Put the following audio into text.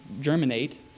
germinate